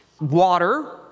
Water